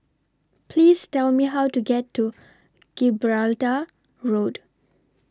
Please Tell Me How to get to Gibraltar Road